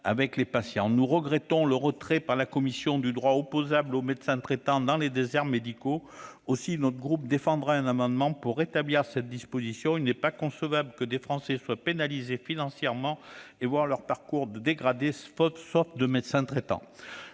Nous regrettons la suppression par la commission du droit opposable à bénéficier d'un médecin traitant dans les déserts médicaux. Aussi notre groupe défendra-t-il un amendement pour rétablir cette disposition ; il n'est pas concevable que des Français soient pénalisés financièrement et voient leur parcours de soins dégradé faute de médecin traitant.